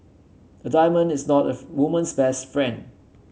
a diamond is not of woman's best friend